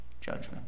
judgment